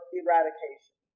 eradication